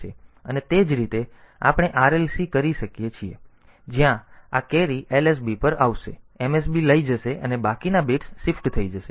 તેથી અને તે જ રીતે આપણે RLC કરી શકીએ છીએ જ્યાં આ કેરી LSB પર આવશે MSB લઈ જશે અને બાકીના બિટ્સ શિફ્ટ થઈ જશે